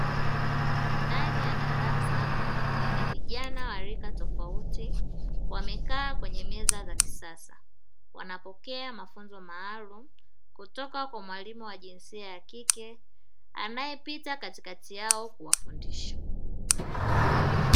Ndani ya darasa lenye rika la watu tofauti wamekaa kwenye meza za kisasa wanaopokea mafunzo maalumu kutoka Kwa mwalimu wa jinsia ya kike anayepita Katika yao kuwafundisha.